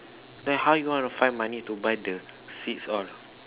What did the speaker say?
then how you gonna find money to buy the seats all